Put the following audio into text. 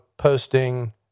posting